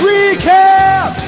Recap